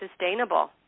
sustainable